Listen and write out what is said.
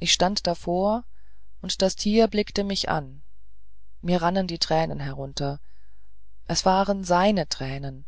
ich stand davor und das tier blickte mich an mir rannen die tränen herunter es waren seine tränen